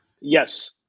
Yes